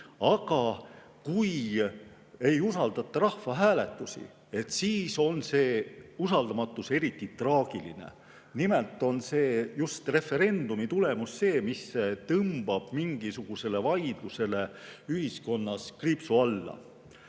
Aga kui ei usaldata rahvahääletusi, siis on see usaldamatus eriti traagiline. Nimelt on see just referendumi tulemus, mis tõmbab mingisugusele vaidlusele ühiskonnas kriipsu alla.